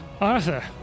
Arthur